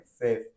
fifth